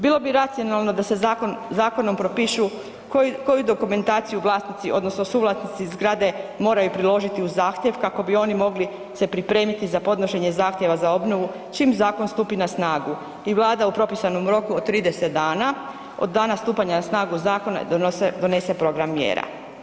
Bilo bi racionalno da se zakonom propišu koju dokumentaciju vlasnici odnosno suvlasnici zgrade moraju priložiti uz zahtjev kako bi oni mogli se pripremiti za podnošenje zahtjeva za obnovu čim zakon stupi na snagu i Vlada u propisanom roku od 30 dana od dana stupanja na snagu zakona donese program mjera.